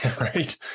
right